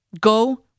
Go